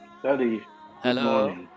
hello